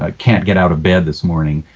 ah can't get out of bed this morning.